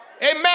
Amen